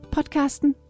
Podcasten